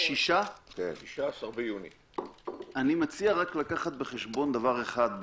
אני מציע רק לקחת בחשבון דבר אחד,